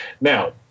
Now